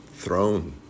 throne